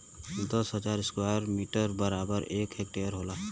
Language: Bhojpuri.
दस हजार स्क्वायर मीटर बराबर एक हेक्टेयर होला